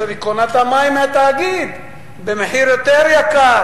עכשיו היא קונה את המים מהתאגיד במחיר יותר יקר,